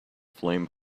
flame